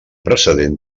precedent